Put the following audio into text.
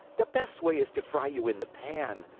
the best way is to fry you in the pan.